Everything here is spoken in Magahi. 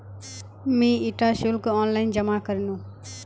मी इटा शुल्क ऑनलाइन जमा करनु